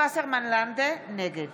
נגד